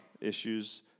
issues